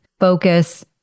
Focus